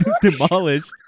demolished